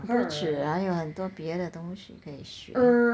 何啻还有很多东西可以学